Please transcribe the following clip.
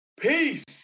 Peace